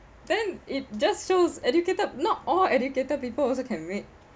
then it just shows educated not all educated people also can make